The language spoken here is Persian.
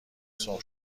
سرخ